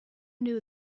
knew